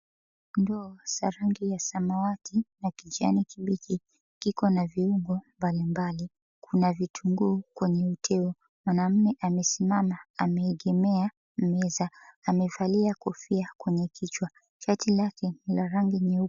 Ndoo za rangi ya samawati na kina kijani kibichi, kiko na viungo mbali mbali, kuna vitunguu kwenye uyeo, mwanamme amesimama ameegemea meza, amevalia kofia kwenye kichwa, shati lake la rangi nyeupe.